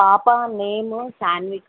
పాప నేమ్ సాన్విక